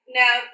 now